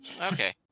Okay